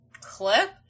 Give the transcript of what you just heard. clip